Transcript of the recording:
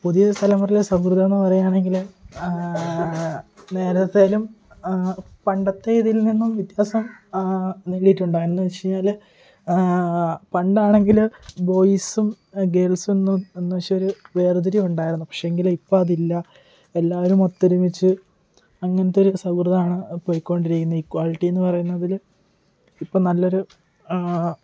പുതിയ തലമുറയിലെ സൗഹൃദം എന്നു പറയുകയാണെങ്കില് നേരത്തേലും പണ്ടത്തെതിൽനിന്നും വ്യത്യാസം നേടിയിട്ടുണ്ടായിരുന്നു ന്ന് വെച്ച് കഴിഞ്ഞാല് പണ്ടാണെങ്കില് ബോയിസും ഗേൾസൊന്നും എന്ന് വെച്ചൊരു വേർതിരിവുണ്ടായിരുന്നു പക്ഷേങ്കില് ഇപ്പോൾ അതില്ല എല്ലാരും ഒത്തൊരുമിച്ച് അങ്ങനത്തെ ഒരു സൗഹൃദമാണ് പോയിക്കൊണ്ടിരിക്കുന്നത് ഇകോളിറ്റി എന്ന് പറയുന്നതില് ഇപ്പോൾ നല്ലൊരു